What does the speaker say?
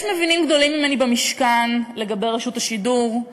יש מבינים גדולים ממני במשכן לגבי רשות השידור,